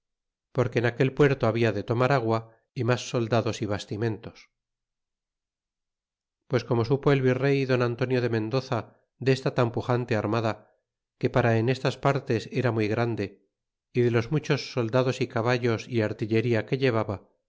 porque en aquel puerto habla de tomar agua y mas soldados y bastimentos pues como supo el virey don antonio de mendoza desta tan pujante armada que para en estas partes era muy grande y de los muchos soldados y caballos y artillería pm llevaba